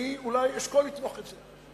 אולי אני אשקול לתמוך בזה.